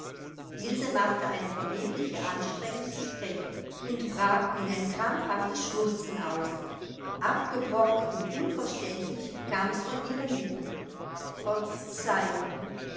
ilse machte eine vergebliche anstrengung zu sprechen und brach in ein krampfhaftes schluchzen aus abgebrochen und unverständlich kam es von ihren lippen verzeihung